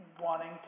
wanting